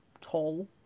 tall